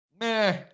Meh